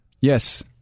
Yes